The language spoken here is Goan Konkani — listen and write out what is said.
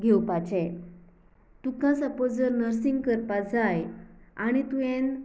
घेवपाचें तुका सपोज जर नर्सींग करपा जाय आनी तुवें